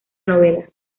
novela